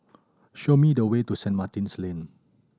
show me the way to Saint Martin's Lane